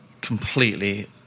completely